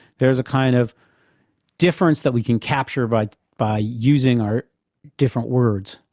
there's a kind of difference that we can capture but by using our different words,